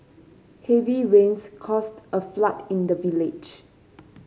heavy rains caused a flood in the village